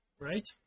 right